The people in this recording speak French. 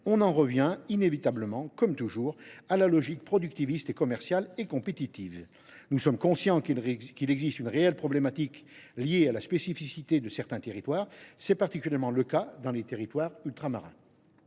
On en revient inévitablement, comme toujours, à la logique productiviste, commerciale et compétitive. Nous sommes conscients qu’il existe une véritable problématique liée à la spécificité de certains territoires, et particulièrement des territoires ultramarins.